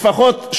לפחות,